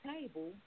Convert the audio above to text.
table